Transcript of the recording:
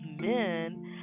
men